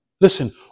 Listen